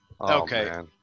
Okay